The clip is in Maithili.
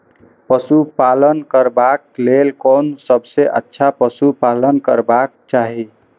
पशु पालन करबाक लेल कोन सबसँ अच्छा पशु पालन करबाक चाही?